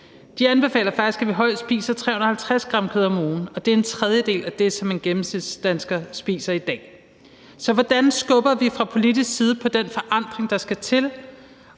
De anbefaler faktisk, at vi højst spiser 350 g kød om ugen, og det er en tredjedel af det, som en gennemsnitsdansker spiser i dag. Så hvordan skubber vi fra politisk side på den forandring, der skal til?